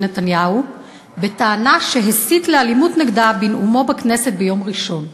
נתניהו בטענה שהסית לאלימות נגדה בנאומו בכנסת ביום ראשון.